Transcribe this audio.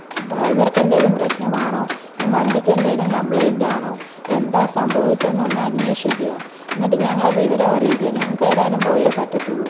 ഡ്രൈവര്ക്ക് എന്തെങ്കിലും പ്രശ്നമാണോ ഇനി വണ്ടിക്ക് എന്തെങ്കിലും കമ്പ്ലൈൻറ്റ് ആണോ എന്താ സംഭവിച്ചത് എന്ന് ഒന്ന് അന്വേഷിക്കുക എന്നിട്ട് ഞങ്ങളെ വിവരം അറിയിക്കുക ഞങ്ങൾക്ക് ഏതായാലും പോയേ പറ്റത്തുള്ളൂ